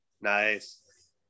nice